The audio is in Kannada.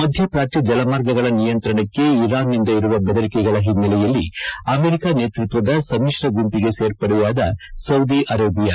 ಮಧ್ಯಪ್ರಾಚ್ಯ ಜಲಮಾರ್ಗಗಳ ನಿಯಂತ್ರಣಕ್ಕೆ ಇರಾನ್ನಿಂದ ಇರುವ ಬೆದರಿಕೆಗಳ ಹಿನ್ನೆಲೆಯಲ್ಲಿ ಅಮೆರಿಕ ನೇತೃತ್ವದ ಸಮ್ಮಿಶ್ರ ಗುಂಪಿಗೆ ಸೇರ್ಪಡೆಯಾದ ಸೌದಿ ಅರೆಬಿಯಾ